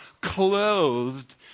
clothed